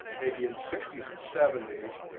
maybe in the sixty s and seventy s,